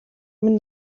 минь